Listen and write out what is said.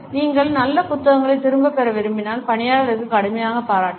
நீங்கள் நல்ல புத்தகங்களைத் திரும்பப் பெற விரும்பினால் பணியாளர்களுக்கு கடுமையான பாராட்டுக்கள்